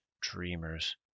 dreamers